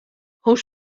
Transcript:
hoe